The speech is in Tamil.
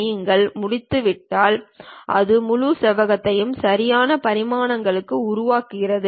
நீங்கள் முடித்துவிட்டால் அது முழு செவ்வகத்தையும் சரியான பரிமாணங்களுடன் உருவாக்குகிறது